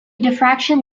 diffraction